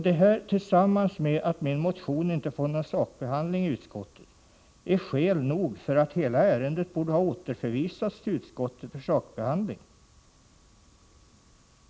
Detta tillsammans med att min motion inte har sakbehandlats i utskottet är skäl nog för att hela ärendet borde återvisas till utskottet för förnyad behandling.